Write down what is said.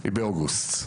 היא באוגוסט.